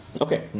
Okay